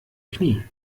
knie